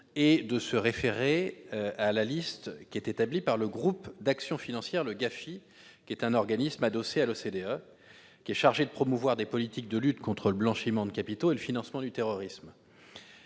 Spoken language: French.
et référons-nous à la liste établie par le Groupe d'action financière, le GAFI, un organisme adossé à l'OCDE et chargé de promouvoir des politiques de lutte contre le blanchiment de capitaux et le financement du terrorisme.